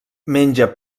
menja